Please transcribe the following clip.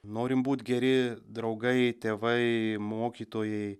norim būt geri draugai tėvai mokytojai